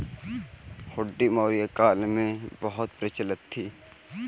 हुंडी मौर्य काल में बहुत प्रचलित थी